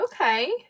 Okay